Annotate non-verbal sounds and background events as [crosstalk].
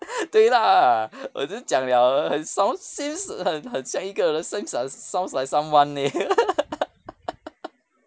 [laughs] 对 lah 我一直讲 liao 了 sounds seems like 很像一个人 seems like sounds like someone leh [laughs]